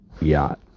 yacht